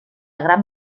gran